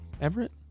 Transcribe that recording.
Everett